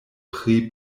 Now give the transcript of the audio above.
pri